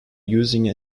using